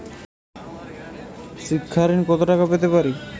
শিক্ষা ঋণ কত টাকা পেতে পারি?